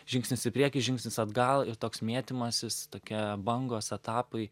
žingsnis į priekį žingsnis atgal ir toks mėtymasis tokie bangos etapai